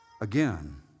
again